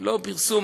לא פרסום,